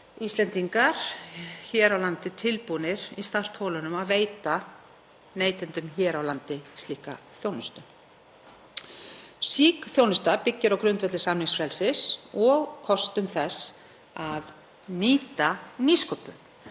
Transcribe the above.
Íslendingar hér á landi tilbúnir í startholunum að veita neytendum hér á landi slíka þjónustu. Slík þjónusta byggir á grundvelli samningsfrelsis og kostum þess að nýta nýsköpun.